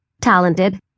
talented